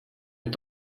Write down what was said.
est